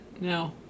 No